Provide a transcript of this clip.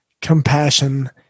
compassion